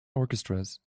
orchestras